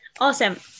Awesome